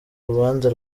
rubanza